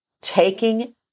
taking